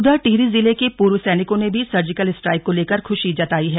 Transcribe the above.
उघर टिहरी जिले के पूर्व सैनिकों ने भी सर्जिकल स्ट्राइक को लेकर ख्रशी जताई है